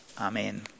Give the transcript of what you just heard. amen